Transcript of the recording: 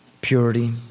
purity